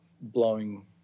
blowing